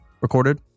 recorded